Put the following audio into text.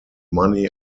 money